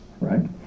right